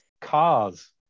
Cars